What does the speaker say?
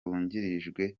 wungirijwe